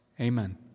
Amen